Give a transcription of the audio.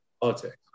politics